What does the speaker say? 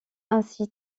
ainsi